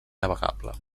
navegable